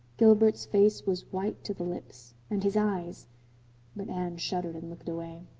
gilbert's face was white to the lips. and his eyes but anne shuddered and looked away.